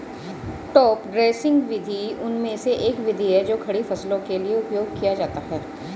top dressing विधि उनमें से एक विधि है जो खड़ी फसलों के लिए उपयोग किया जाता है